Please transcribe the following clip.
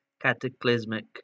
cataclysmic